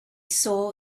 saw